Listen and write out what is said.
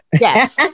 Yes